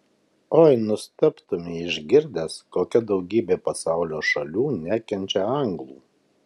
oi nustebtumei išgirdęs kokia daugybė pasaulio šalių nekenčia anglų